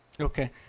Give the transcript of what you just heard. Okay